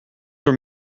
were